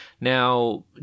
Now